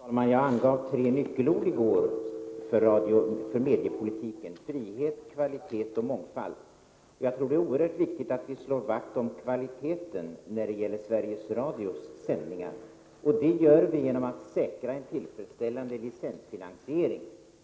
Herr talman! Jag angav tre nyckelord i går för mediepolitiken: frihet, kvalitet och mångfald. Det är oerhört viktigt att vi slår vakt om kvaliteten när det gäller Sveriges Radios sändningar. Det gör vi genom att säkra en tillfredsställande licensfinansiering,